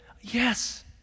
Yes